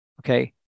Okay